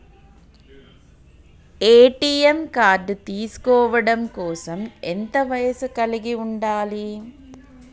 ATM card తీసుకోవడం కోసం ఎంత వయస్సు కలిగి ఉండాలి?